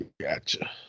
Gotcha